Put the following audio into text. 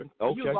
okay